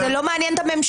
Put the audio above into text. זה לא מעניין את הממשלה.